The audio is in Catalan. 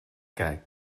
que